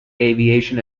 aviation